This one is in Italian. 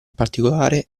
particolare